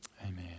Amen